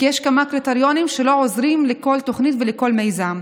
כי יש כמה קריטריונים שלא עוזרים לכל תוכנית ולכל מיזם.